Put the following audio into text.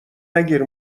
نگیر